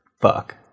Fuck